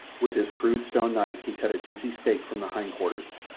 with his crude stone knife he cut a juicy steak from the hindquarters,